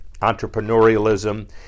entrepreneurialism